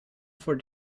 for